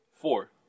Four